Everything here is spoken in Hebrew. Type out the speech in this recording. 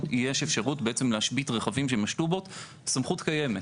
אני חושבת שאחד מהדברים שאנחנו צריכים לעשות ואנחנו חותרים לגביהם,